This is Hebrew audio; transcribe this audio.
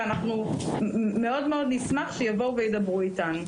ואנחנו מאוד מאוד נשמח שיבואו וידברו איתנו.